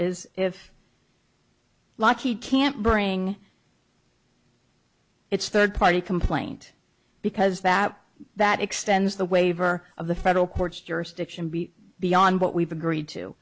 is if lockheed can't bring it's third party complaint because that that extends the waiver of the federal court's jurisdiction be beyond what we've agreed to